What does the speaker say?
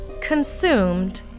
consumed